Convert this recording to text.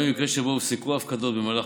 גם במקרה שבו הופסקו ההפקדות במהלך